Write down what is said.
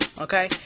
okay